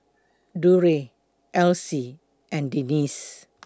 Durrell Elise and Denisse